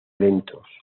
lentos